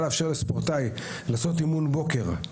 לאפשר לספורטאי לעשות אימון בוקר,